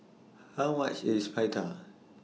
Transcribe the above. How much IS Pita